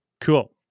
cool